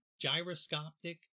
gyroscopic